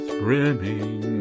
brimming